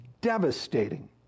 devastating